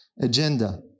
agenda